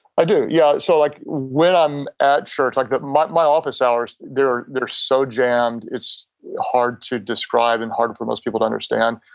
i do. yeah so like when i'm at church, like but my my office hours they're they're so jammed. it's hard to describe and hard for most people to understand.